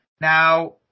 Now